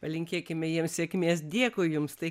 palinkėkime jiems sėkmės dėkui jums tai